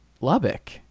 Lubbock